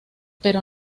pero